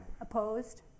Opposed